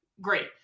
Great